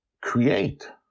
create